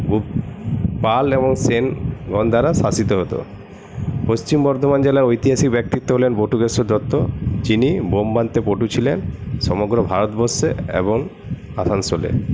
গুপ পাল এবং সেনগণ দ্বারা শাসিত হত পশ্চিম বর্ধমান জেলার ঐতিহাসিক ব্যক্তিত্ব হলেন বটুকেশ্বর দত্ত যিনি বোম বানাতে পটু ছিলেন সমগ্র ভারতবর্ষে এবং আসানসোলে